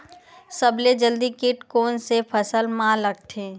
सबले जल्दी कीट कोन से फसल मा लगथे?